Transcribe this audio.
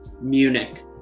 Munich